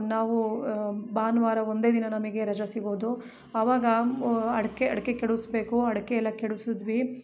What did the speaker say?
ನಾವು ಭಾನುವಾರ ಒಂದೇ ದಿನ ನಮಗೆ ರಜಾ ಸಿಗೋದು ಅವಾಗ ಅಡಿಕೆ ಅಡಿಕೆ ಕೆಡವುಸ್ಬೇಕು ಅಡಿಕೆ ಎಲ್ಲ ಕೆಡವುಸುದ್ವಿ